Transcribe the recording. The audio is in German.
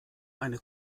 eine